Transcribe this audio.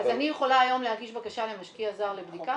אז אני יכולה היום להגיש בקשה למשקיע זר לבדיקה?